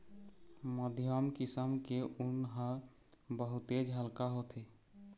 मध्यम किसम के ऊन ह बहुतेच हल्का होथे